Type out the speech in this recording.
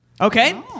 Okay